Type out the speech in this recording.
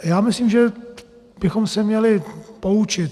Já myslím, že bychom se měli poučit.